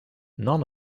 none